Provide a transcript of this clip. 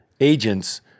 agents